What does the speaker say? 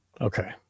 Okay